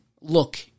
look